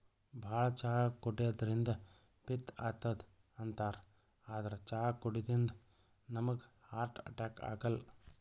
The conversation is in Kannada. ಭಾಳ್ ಚಾ ಕುಡ್ಯದ್ರಿನ್ದ ಪಿತ್ತ್ ಆತದ್ ಅಂತಾರ್ ಆದ್ರ್ ಚಾ ಕುಡ್ಯದಿಂದ್ ನಮ್ಗ್ ಹಾರ್ಟ್ ಅಟ್ಯಾಕ್ ಆಗಲ್ಲ